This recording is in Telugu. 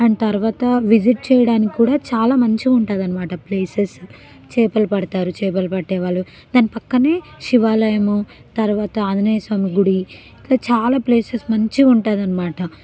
అండ్ తరువాత విజిట్ చేయడానికి కూడా చాలా మంచిగా ఉంటుందన్నమాట ప్లేసెస్ చేపలు పడతారు చేపలు పట్టేవాళ్ళు దాని ప్రక్కనే శివాలయము తరువాత ఆంజనేయస్వామి గుడి ఇంకా చాల ప్లేసెస్ మంచిగా ఉంటుందన్నమాట